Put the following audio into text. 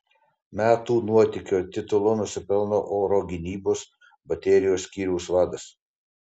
metų nuotykio titulo nusipelno oro gynybos baterijos skyriaus vadas